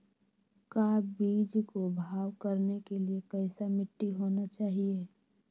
का बीज को भाव करने के लिए कैसा मिट्टी होना चाहिए?